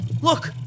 Look